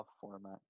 format